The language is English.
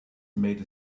made